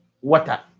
water